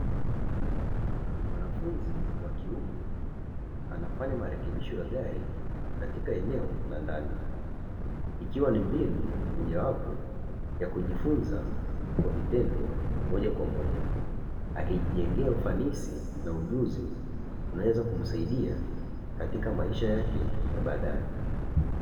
Mwanafunzi wa kiume anafanya marekebisho ya gari katika eneo la ndani, ikiwa ni mbinu mojawapo ya kujifunza kwa vitendo moja kwa moja. Akijijengea ufanisi na ujuzi unaoweza kumsaidia katika maisha yake ya baadaye.